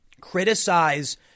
Criticize